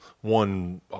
one